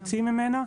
חצי ממנה,